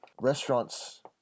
restaurants